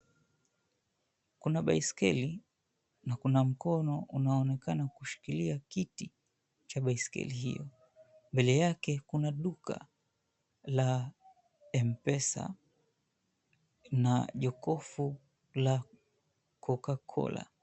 Kuna baiskeli na kuna mkono unaoonekana kushikilia kiti cha baiskeli hiyo. Mbele yake kuna duka la Mpesa na jokofu la Coca Cola.